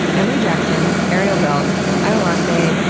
emily jackson, aeriel belk, ah iolanthe,